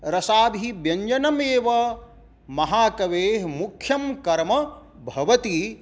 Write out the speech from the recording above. रसाभिव्यञ्जनमेव महाकवेः मुख्यं कर्म भवति